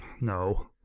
no